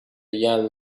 young